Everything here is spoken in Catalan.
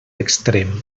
extrem